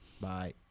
Bye